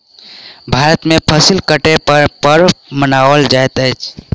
भारत में फसिल कटै पर पर्व मनाओल जाइत अछि